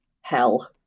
hell